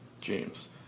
James